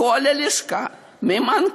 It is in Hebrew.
עם חום,